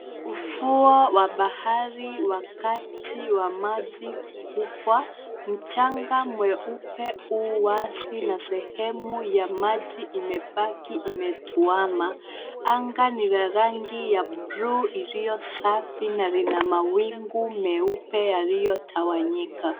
Ufuo wa bahari wakati wa maji kubwa. Mchanga mweupe u wazi na sehemu ya maji imebaki imetuama. Anga ni la rangi ya bluu iliyo safi na lina mawingu meupe yaliyotawanyika.